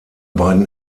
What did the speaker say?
beiden